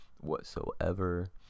whatsoever